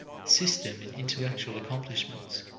system in intellectual accomplishments.